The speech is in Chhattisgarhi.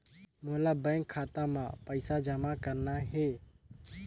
मोला बैंक खाता मां पइसा जमा करना हे?